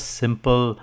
simple